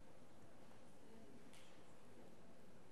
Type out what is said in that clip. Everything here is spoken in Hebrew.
תוותר.